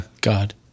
God